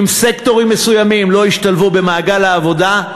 אם סקטורים מסוימים לא ישתלבו במעגל העבודה,